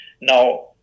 Now